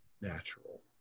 natural